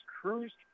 cruised